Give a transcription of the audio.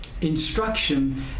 instruction